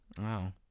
Wow